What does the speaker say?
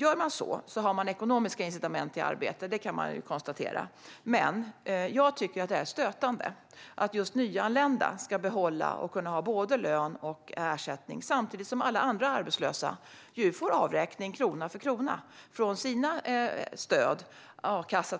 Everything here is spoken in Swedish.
Med detta sätt har man ju ekonomiska incitament till arbete, kan jag konstatera. Men jag tycker att det är stötande att nyanlända ska kunna ha både lön och ersättning samtidigt som alla andra arbetslösa ju får avräkning krona för krona från sina stöd,